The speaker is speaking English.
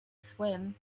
swim